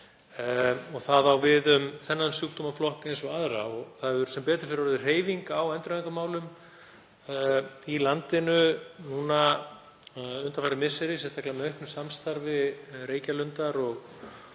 Það á við um þennan sjúkdómaflokk eins og aðra. Það hefur sem betur fer orðið hreyfing á endurhæfingarmálum í landinu undanfarin misseri, sérstaklega með auknu samstarfi Reykjalundar og